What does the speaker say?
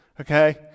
Okay